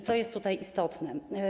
Co jest tutaj istotne?